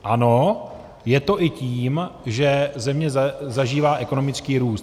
Ano, je to i tím, že země zažívá ekonomický růst.